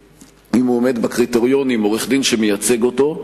ואם הוא עומד בקריטריונים הוא מקבל עורך-דין שמייצג אותו,